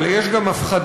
אלא יש גם הפחדה,